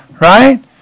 Right